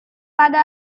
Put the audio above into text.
pada